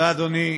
תודה, אדוני.